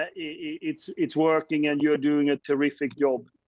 ah it's it's working, and you're doing a terrific job.